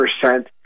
percent